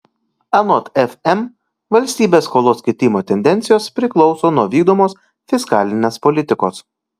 anot fm valstybės skolos kitimo tendencijos priklauso nuo vykdomos fiskalinės politikos